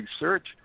research